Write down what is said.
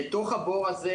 לתוך הבור הזה,